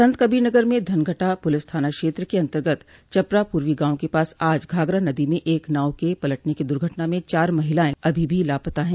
संतकबीरनगर में धनघटा पुलिस थाना क्षेत्र के अन्तर्गत चपरा पूर्वी गांव के पास आज घाघरा नदी में एक नाव के पलटने की दुर्घटना में चार महिलायें अभी भी लापता हैं